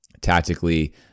tactically